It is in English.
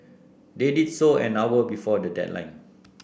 they did so an hour before the deadline